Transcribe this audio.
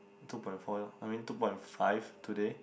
two point four lor I mean two point five today